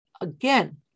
again